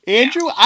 andrew